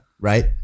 right